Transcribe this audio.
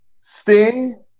Sting